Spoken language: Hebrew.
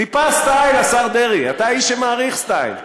טיפה סטייל, השר דרעי, אתה איש שמעריך סטייל.